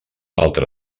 altre